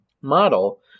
model